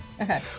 Okay